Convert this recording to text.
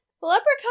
Leprechaun